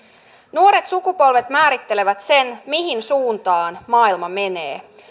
nuoret sukupolvet määrittelevät sen mihin suuntaan maailma menee